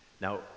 now